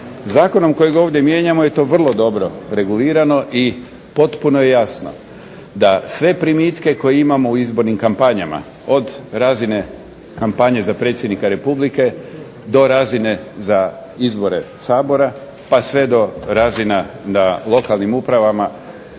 Zakonom kojeg ovdje mijenjamo je to vrlo dobro regulirano i potpuno je jasno da sve primitke koje imamo u izbornim kampanjama, od razine kampanje za predsjednika Republike, do razine za izvore Sabora, pa sve do razina na lokalnim upravama